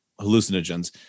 hallucinogens